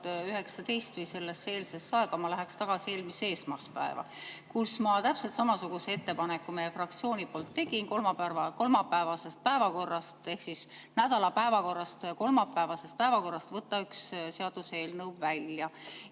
2019 või selle eelsesse aega. Ma läheksin tagasi eelmisse esmaspäeva, kus ma tegin täpselt samasuguse ettepaneku meie fraktsiooni poolt kolmapäevasest päevakorrast ehk siis nädala päevakorras kolmapäevasest päevakorrast üks seaduseelnõu välja